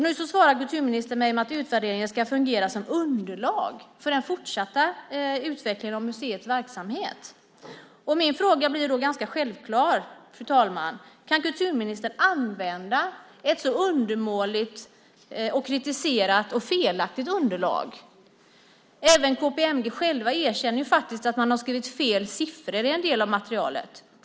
Nu svarar kulturministern mig att utvärderingen ska fungera som underlag för den fortsatta utvecklingen av museets verksamhet. Min fråga blir då ganska självklar, fru talman. Kan kulturministern använda ett så undermåligt, kritiserat och felaktigt underlag? Även KPMG själv erkänner att man har skrivit fel siffror i en del av materialet.